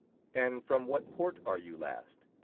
and from what port are you last?